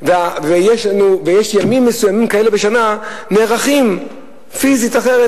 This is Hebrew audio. ויש ימים מסוימים כאלה בשנה, נערכים פיזית אחרת.